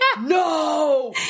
no